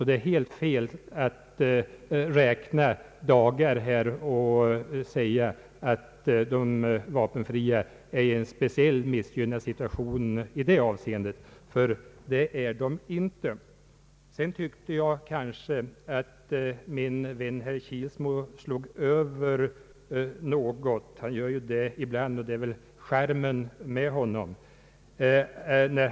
Det är helt fel att räkna dagar och påstå att de vapenfria är speciellt missgynnade i detta avseende, ty det är de inte. Sedan tyckte jag kanske att min vän, herr Kilsmo, slog över något. Han gör ju det ibland, och det är väl charmen med honom.